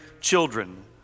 children